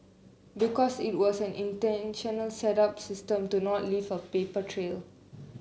because it was an intentional set up system to not leave a paper trail